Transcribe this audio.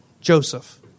Joseph